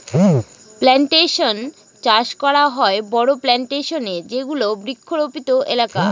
plantation চাষ করা হয় বড়ো প্লানটেশনে যেগুলো বৃক্ষরোপিত এলাকা